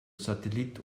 satellit